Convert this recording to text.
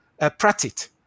Pratit